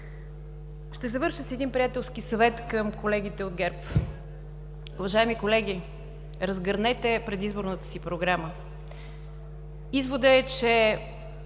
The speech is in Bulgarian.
Ще завърша с един приятелски съвет към колегите от ГЕРБ. Уважаеми колеги, разгърнете предизборната си програма. Изводът е, че